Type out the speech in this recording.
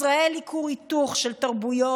ישראל היא כור היתוך של תרבויות,